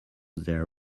their